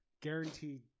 Guaranteed